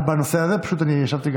הממשלה מחליטה מי משיב.